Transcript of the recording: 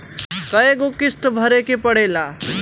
कय गो किस्त भरे के पड़ेला?